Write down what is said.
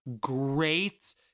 great